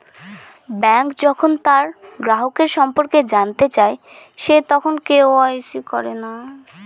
bank tax পরিহার করার জন্য অনেক লোকই চেষ্টা করে